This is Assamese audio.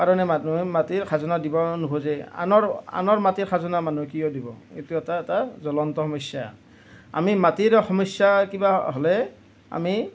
কাৰণে মানুহে মাটিৰ খাজনা দিব নোখোজে আনৰ আনৰ মাটিৰ খাজনা মানুহে কিয় দিব এইটো এটা এটা জলন্ত সমস্যা আমি মাটিৰ সমস্যা কিবা হ'লে আমি